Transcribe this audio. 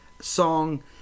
song